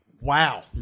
wow